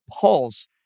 Pulse